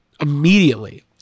immediately